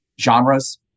genres